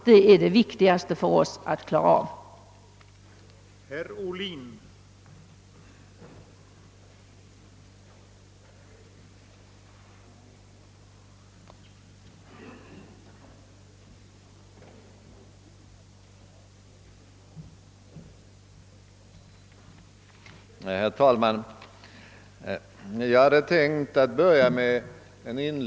Att nu skapa klarhet härom är den viktigaste uppgiften.